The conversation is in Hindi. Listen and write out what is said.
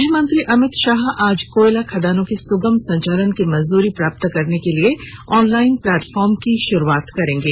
गृहमंत्री अमित शाह आज कोयला खदानों के सुगम संचालन की मंजूरी प्राप्त करने के लिए ऑनलाइन प्लेटफार्म की शुरुआत करेंगे